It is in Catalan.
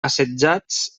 assetjats